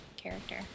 Character